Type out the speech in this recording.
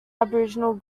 aboriginal